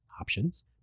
options